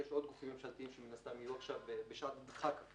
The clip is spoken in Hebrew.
יש עוד גופים ממשלתיים שמן הסתם יהיו עכשיו במצב דומה,